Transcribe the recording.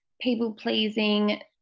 people-pleasing